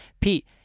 Pete